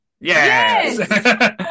Yes